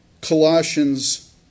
Colossians